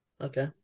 Okay